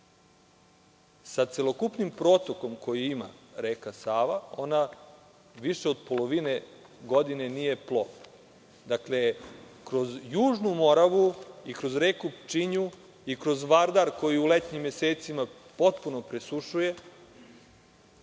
Sa celokupnim protokom, koji ima reka Sava, ona više od polovine godine nije plovna. Dakle, kroz Južnu Moravu i kroz reku Pčinju i kroz Vardar koji u letnjim mesecima potpuno presušuje